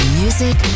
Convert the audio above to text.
music